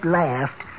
laughed